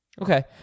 Okay